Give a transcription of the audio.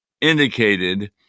indicated